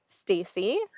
stacy